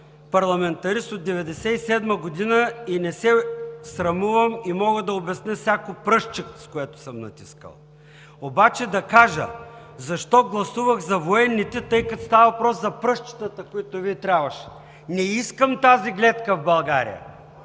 парламентарист от 1997 г. и не се срамувам, и мога да обясня всяко пръстче, с което съм натискал. Обаче да кажа защо гласувах за военните, тъй като става въпрос за пръстчетата, които Вие трябваше… Не искам тази гледка в България.